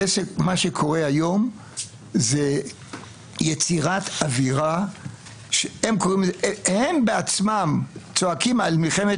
מה שקורה היום זה יצירת אווירה שהם בעצמם צועקים על מלחמת